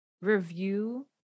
review